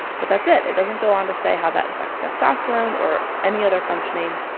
but that's it it doesn't go on to say how that affects testosterone or any other functioning